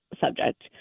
subject